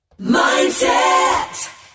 Mindset